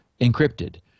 encrypted